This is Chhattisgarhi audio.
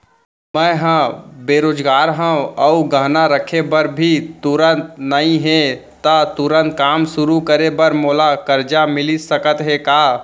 मैं ह बेरोजगार हव अऊ गहना रखे बर भी तुरंत नई हे ता तुरंत काम शुरू करे बर मोला करजा मिलिस सकत हे का?